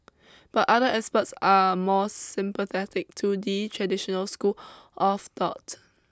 but other experts are more sympathetic to the traditional school of thought